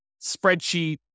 spreadsheet